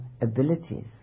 abilities